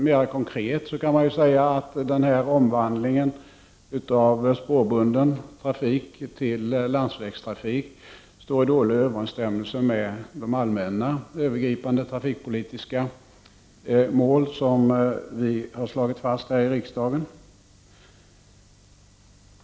Mera konkret kan man säga att omvandlingen av spårbunden trafik till landsvägstrafik står i dålig överensstämmelse med de allmänna övergripande trafikpolitiska mål som riksdagen har slagit fast.